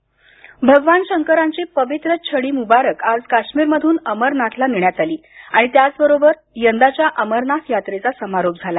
अमरनाथ यात्रा भगवान शंकरांची पवित्र छडी मुबारक आज काश्मीरमधून अमरनाथला नेण्यात आली आणि त्याचबरोबर यंदाच्या अमरनाथ यात्रेचा समारोप झाला